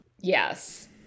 yes